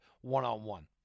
one-on-one